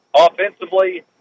Offensively